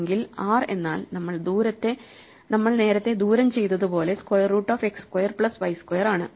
എങ്കിൽ R എന്നാൽ നമ്മൾ നേരത്തെ ദൂരം ചെയ്തതുപോലെ square root of X square plus y square ആണ്